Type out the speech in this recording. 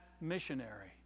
missionary